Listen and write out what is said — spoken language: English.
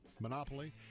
monopoly